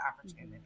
opportunity